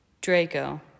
Draco